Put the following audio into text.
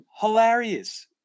hilarious